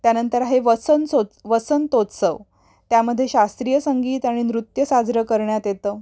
त्यानंतर आहे वसंत सोत् वसंतोत्सव त्यामध्ये शास्त्रीय संगीत आणि नृत्य साजरं करण्यात येतं